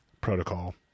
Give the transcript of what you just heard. protocol